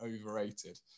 overrated